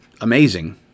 amazing